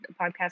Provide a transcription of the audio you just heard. podcast